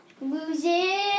Losing